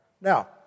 Now